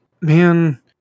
man